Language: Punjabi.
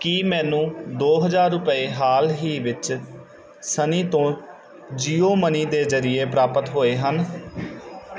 ਕੀ ਮੈਨੂੰ ਦੋ ਹਜ਼ਾਰ ਰੁਪਏ ਹਾਲ ਹੀ ਵਿੱਚ ਸਨੀ ਤੋਂ ਜੀਓ ਮਨੀ ਦੇ ਜ਼ਰੀਏ ਪ੍ਰਾਪਤ ਹੋਏ ਹਨ